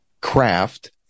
craft